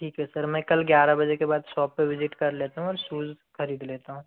ठीक है सर मैं कल ग्यारह बजे के बाद शॉप पे विज़िट कर लेता हूँ और सूज खरीद लेता हूँ